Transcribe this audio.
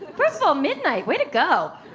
first of all, midnight, way to go.